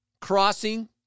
crossing